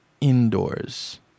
indoors